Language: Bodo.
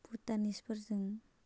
भुटानिसफोरजों